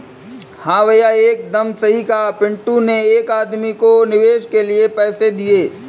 हां भैया एकदम सही कहा पिंटू ने एक आदमी को निवेश के लिए पैसे दिए